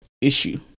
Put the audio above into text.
issue